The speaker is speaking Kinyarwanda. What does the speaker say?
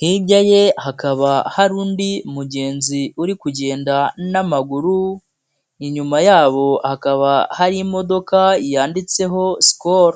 hirya ye hakaba hari undi mugenzi uri kugenda n'amaguru, inyuma yabo hakaba harimo yanditseho Skol.